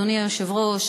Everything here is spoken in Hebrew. אדוני היושב-ראש,